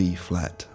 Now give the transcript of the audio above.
B-flat